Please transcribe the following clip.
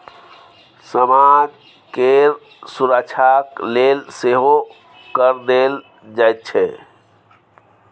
समाज केर सुरक्षाक लेल सेहो कर देल जाइत छै